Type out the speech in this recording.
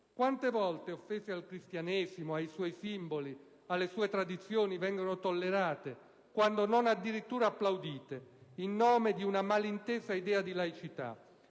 Quante volte offese al Cristianesimo, ai suoi simboli e alle sue tradizioni vengono tollerate, quando non addirittura applaudite, in nome di una malintesa idea di laicità?